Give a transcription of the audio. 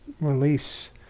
release